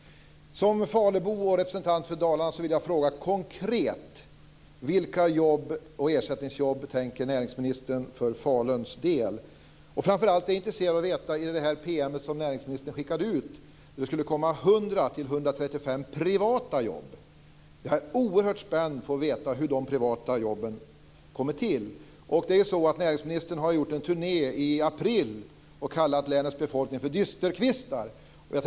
Som falubo och representant för Dalarna vill jag konkret fråga vilka jobb och ersättningsjobb näringsministern tänker sig för Faluns del. Framför allt är jag intresserad av att veta mer om den PM näringsministern skickade ut med löfte om 100-135 privata jobb. Jag är oerhört spänd att få veta hur de privata jobben ska komma till. Näringsministern gjorde i april en turné där han kallade länets befolkning för dysterkvistar.